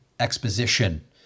exposition